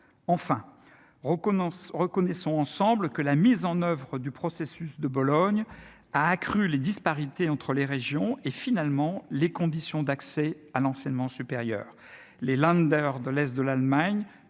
reconnaissons ensemble que la mise en oeuvre du processus de Bologne a accru les disparités entre les régions et finalement les conditions d'accès à l'enseignement supérieur,